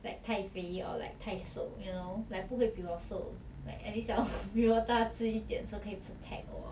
like 太肥 or like 太瘦 you know like 不会比我瘦 like at least 要比我大之一点 so 可以 protect 我